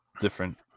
Different